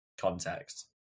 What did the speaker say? context